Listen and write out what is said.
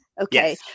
Okay